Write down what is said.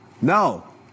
No